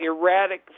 erratic